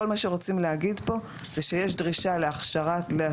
כול מה שרוצים להגיד פה זה שיש דרישה להשתלמות